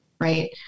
right